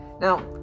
Now